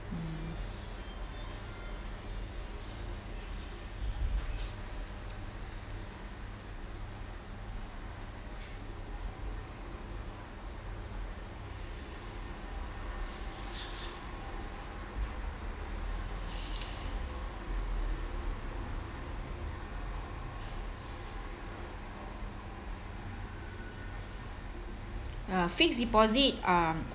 mm uh fixed deposit uh